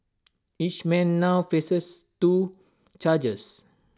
each man now faces two charges